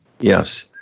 Yes